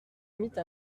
imite